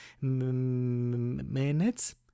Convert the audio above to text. minutes